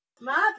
mad